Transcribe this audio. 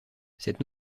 cette